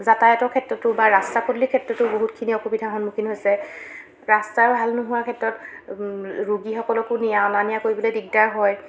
যাতায়তৰ ক্ষেত্ৰতো বা ৰাস্তা পদূলিৰ ক্ষেত্ৰতো বহুতখিনি অসুবিধাৰ সন্মুখীন হৈছে ৰাস্তা ভাল নোহোৱা ক্ষেত্ৰত ৰোগীসকলকো নিয়া অনা নিয়া কৰিবলৈ দিগদাৰ হয়